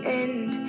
end